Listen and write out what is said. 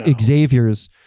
Xavier's